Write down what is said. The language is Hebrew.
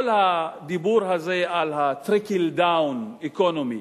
כל הדיבור הזה על ה-Trickle-down economics,